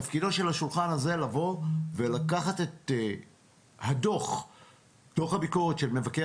תפקידו של השולחן הזה לקחת את דוח הביקורת של מבקר